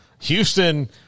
Houston –